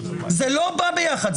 זה לא בא ביחד.